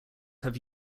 have